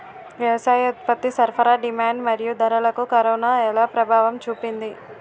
వ్యవసాయ ఉత్పత్తి సరఫరా డిమాండ్ మరియు ధరలకు కరోనా ఎలా ప్రభావం చూపింది